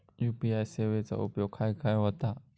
UPI सेवेचा उपयोग खाय खाय होता?